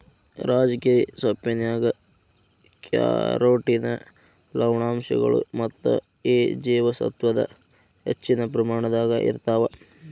ರಾಜಗಿರಿ ಸೊಪ್ಪಿನ್ಯಾಗ ಕ್ಯಾರೋಟಿನ್ ಲವಣಾಂಶಗಳು ಮತ್ತ ಎ ಜೇವಸತ್ವದ ಹೆಚ್ಚಿನ ಪ್ರಮಾಣದಾಗ ಇರ್ತಾವ